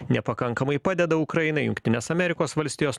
nepakankamai padeda ukrainai jungtinės amerikos valstijos